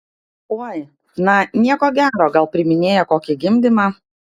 oi na nieko gero gal priiminėja kokį gimdymą